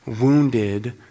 wounded